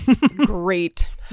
Great